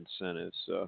incentives